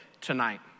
tonight